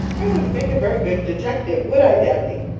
i wouldn't make a very good detective, would i, daddy?